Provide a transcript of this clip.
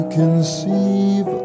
conceive